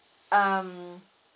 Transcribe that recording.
um